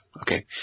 okay